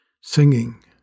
singing